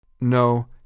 No